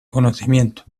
conocimiento